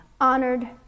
honored